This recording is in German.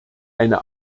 eine